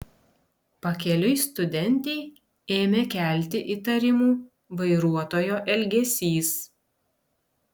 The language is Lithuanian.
pakeliui studentei ėmė kelti įtarimų vairuotojo elgesys